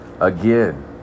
Again